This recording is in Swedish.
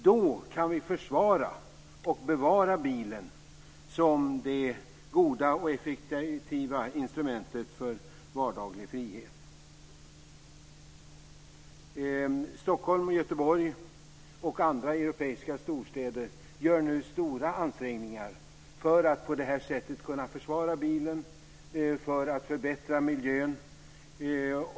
Då kan vi försvara och bevara bilen som det goda och effektiva instrumentet för vardaglig frihet. Stockholm, Göteborg och andra europeiska storstäder gör nu stora ansträngningar för att på detta sätt kunna försvara bilen och förbättra miljön.